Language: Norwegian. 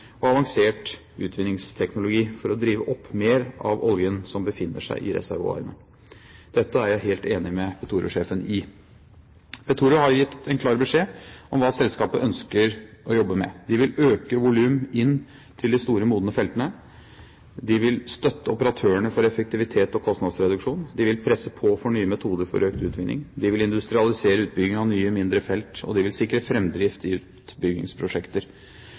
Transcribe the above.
og avansert utvinningsteknologi for å drive opp mer av oljen som befinner seg i reservoarene. Dette er jeg helt enig med Petoro-sjefen i. Petoro har gitt klar beskjed om hva selskapet ønsker å jobbe med. De vil øke volumet inn til de store modne feltene. De vil støtte operatørene for å få effektivitet og kostnadsreduksjon. De vil presse på for nye metoder for økt utvinning. De vil industrialisere utbygging av nye, mindre felt. Og de vil sikre framdriften i utbyggingsprosjekter.